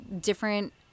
different